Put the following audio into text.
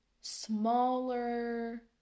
smaller